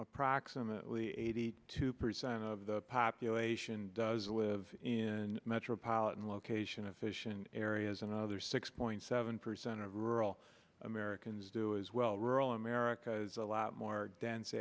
approximately eighty two percent of the population does live in metropolitan location efficient areas another six point seven percent of rural americans do as well rural america a lot more dense